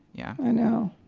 yeah i know.